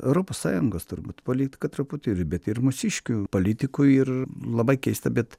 europos sąjungos turbūt politika truputį ir bet ir mūsiškių politikų ir labai keista bet